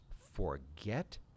forget